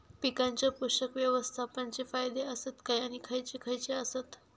पीकांच्या पोषक व्यवस्थापन चे फायदे आसत काय आणि खैयचे खैयचे आसत?